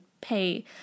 pay